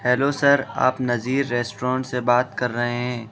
hello sir آپ Nazir restaurant سے بات کر رہے ہیں